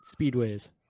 speedways